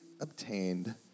obtained